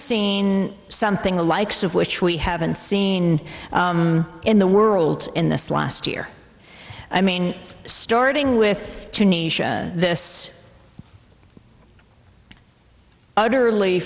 seen something the likes of which we haven't seen in the world in this last year i mean starting with tunisia this utter